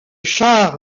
char